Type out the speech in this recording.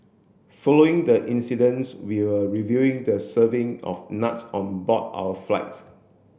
following the incidents we are reviewing the serving of nuts on board our flights